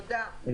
תודה.